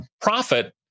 profit